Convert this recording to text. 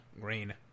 Green